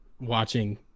watching